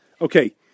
Okay